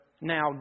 now